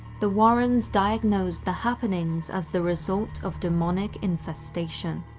the warrens diagnosed the happenings as the result of demonic infestation.